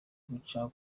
guca